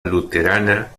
luterana